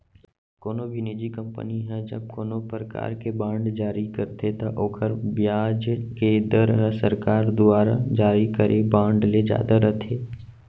कोनो भी निजी कंपनी ह जब कोनों परकार के बांड जारी करथे त ओकर बियाज के दर ह सरकार दुवारा जारी करे बांड ले जादा रथे